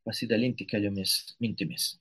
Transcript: pasidalinti keliomis mintimis